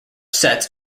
sets